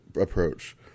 approach